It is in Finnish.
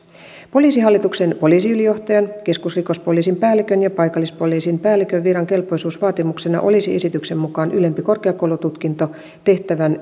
poliisihallituksen poliisiylijohtajan keskusrikospoliisin päällikön ja paikallispoliisin päällikön viran kelpoisuusvaatimuksina olisivat esityksen mukaan ylempi korkeakoulututkinto tehtävän